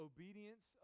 Obedience